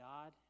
God